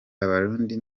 abarundi